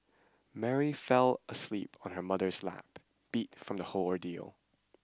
Mary fell asleep on her mother's lap beat from the whole ordeal